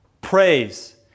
Praise